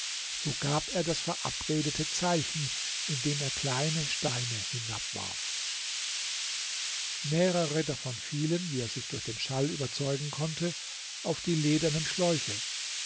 so gab er das verabredete zeichen indem er kleine steine hinabwarf mehrere davon fielen wie er sich durch den schall überzeugen konnte auf die ledernen schläuche